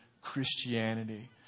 Christianity